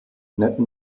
neffen